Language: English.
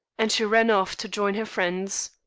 and she ran off to join her friends.